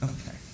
Okay